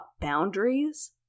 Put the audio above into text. boundaries